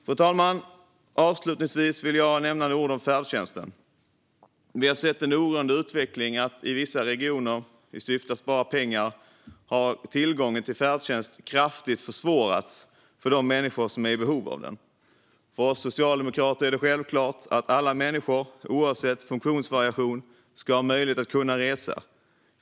Fru talman! Avslutningsvis vill jag säga några ord om färdtjänsten. Det finns en oroande utveckling att vissa regioner i syfte att spara pengar kraftigt försvårar tillgången till färdtjänst för de människor som är i behov av den. För oss socialdemokrater är det självklart att alla människor, oavsett funktionsvariation, ska ha möjlighet att resa.